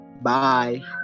Bye